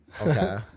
Okay